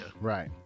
Right